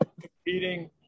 competing